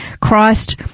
Christ